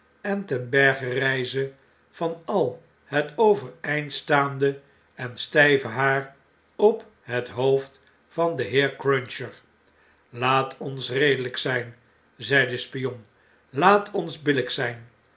en ten berge rpen van al het overeindstaande en sty ve haar op het hoof'd van den heer cruncher laat ons redeiyk zp zei de spion laat ons billjjk zp